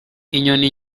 inyoni